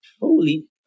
holy